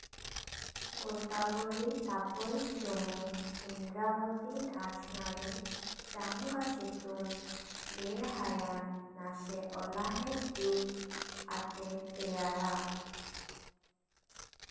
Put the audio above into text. ᱜᱳᱫᱟᱵᱚᱨᱤ ᱛᱟᱯᱚᱞ ᱥᱩᱢᱩᱝ ᱤᱱᱫᱨᱟᱵᱚᱛᱤ ᱫᱷᱟᱥᱱᱟ ᱨᱮ ᱪᱟᱝᱜᱟ ᱥᱤᱛᱩᱝ ᱵᱮᱲᱦᱟᱭᱟᱱ ᱱᱟᱥᱮ ᱚᱞᱟᱦᱮᱫ ᱵᱤᱨ ᱟᱛᱮ ᱛᱮᱭᱟᱨᱟ